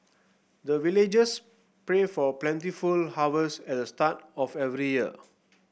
the villagers pray for plentiful harvest at the start of every year